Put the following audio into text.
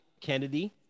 Kennedy